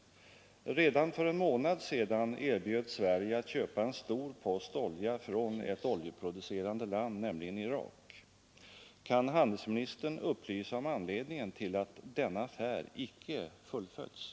Redan för en månad sedan erbjöds Sverige att köpa en stor